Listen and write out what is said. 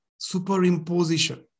superimposition